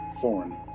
Foreign